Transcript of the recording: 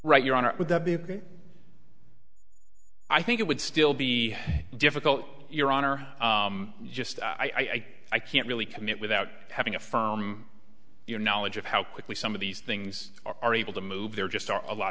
right your honor would that be ok i think it would still be difficult your honor just i think i can't really commit without having affirm your knowledge of how quickly some of these things are able to move there just are a lot